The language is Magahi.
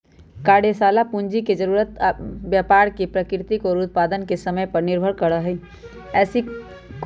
कार्यशाला पूंजी के जरूरत व्यापार के प्रकृति और उत्पादन के समय पर निर्भर करा हई